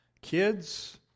Kids